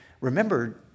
Remember